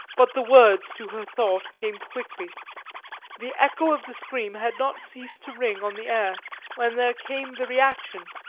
but the words to her thought came quickly the echo of the scream had not ceased to ring on the air when there came the reaction,